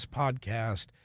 podcast